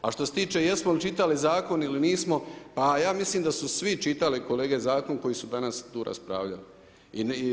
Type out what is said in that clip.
A što se tiče jesmo li čitali zakon ili nismo, pa ja mislim da su svi čitali kolege zakon koji su danas tu raspravljali.